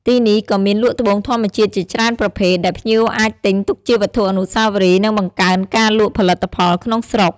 ទីនេះក៏មានលក់ត្បូងធម្មជាតិជាច្រើនប្រភេទ ដែលភ្ញៀវអាចទិញទុកជាវត្ថុអនុស្សាវរីយ៍ និងបង្កើនការលក់ផលិតផលក្នុងស្រុក។